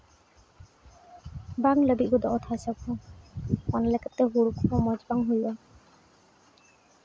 ᱵᱟᱝ ᱞᱟᱹᱵᱤᱫ ᱜᱚᱫᱚᱜ ᱚᱛ ᱦᱟᱥᱟ ᱠᱚ ᱚᱱᱟ ᱞᱮᱠᱟᱛᱮ ᱦᱩᱲᱩ ᱠᱚᱦᱚᱸ ᱢᱚᱡᱽ ᱵᱟᱝ ᱦᱩᱭᱩᱜᱼᱟ